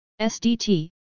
SDT